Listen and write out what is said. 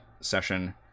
session